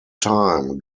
time